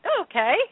Okay